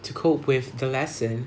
to cope with the lesson